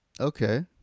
okay